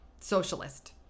Socialist